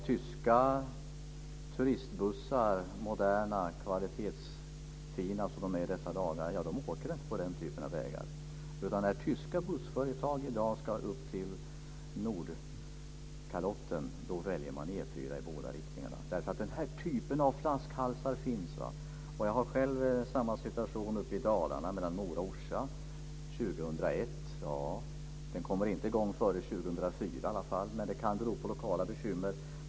Tyska turistbussar, moderna bussar av fin kvalitet som det handlar om i dessa dagar, åker inte på den typen av vägar. När tyska bussföretag i dag ska upp till Nordkalotten väljer man E 4 i båda riktningarna eftersom den här typen av flaskhalsar finns. Jag har själv samma situation uppe i Dalarna mellan Mora och Orsa. Det skulle komma i gång 2001. Ja, det kommer inte i gång före 2004 i alla fall. Det kan bero på lokala bekymmer.